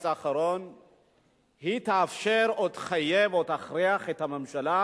האחרון תאפשר או תחייב או תכריח את הממשלה